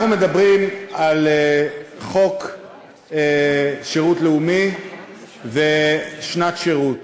אנחנו מדברים על חוק שירות לאומי ושנת שירות.